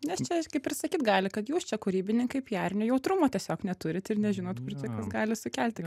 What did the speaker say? nes čia kaip ir sakyt gali kad jūs čia kūrybininkai piarinio jautrumo tiesiog neturit ir nežinot kur čia kas gali sukelti